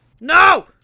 No